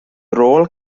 rôl